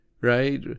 Right